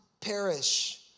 perish